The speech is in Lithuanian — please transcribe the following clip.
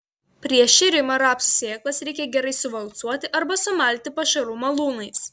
prieš šėrimą rapsų sėklas reikia gerai suvalcuoti arba sumalti pašarų malūnais